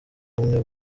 bumwe